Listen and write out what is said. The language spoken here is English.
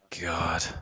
God